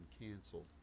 canceled